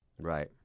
Right